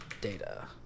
data